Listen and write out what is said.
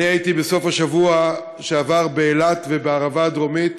הייתי בסוף השבוע שעבר באילת ובערבה הדרומית,